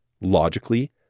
logically